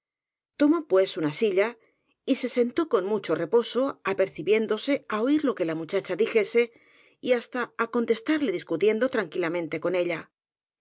tomó pues una si lla y se sentó con mucho reposo apercibiéndose á oir lo que la muchacha dijese y hasta á contestarle discutiendo tranquilamente con ella